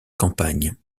campagnes